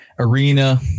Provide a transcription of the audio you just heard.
arena